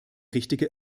richtige